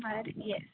yes yes